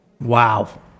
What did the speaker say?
Wow